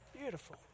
Beautiful